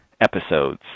episodes